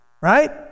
Right